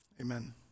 Amen